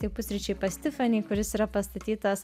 tai pusryčiai pas tifani kuris yra pastatytas